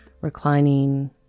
reclining